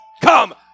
come